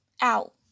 Out